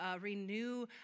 Renew